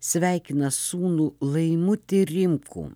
sveikina sūnų laimutį rimkų